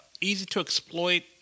easy-to-exploit